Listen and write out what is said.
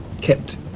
kept